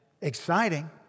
exciting